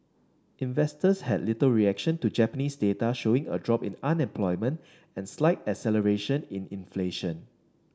investors had little reaction to Japanese data showing a drop in unemployment and slight acceleration in inflation